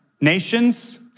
nations